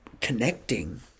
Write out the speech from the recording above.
connecting